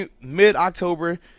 mid-October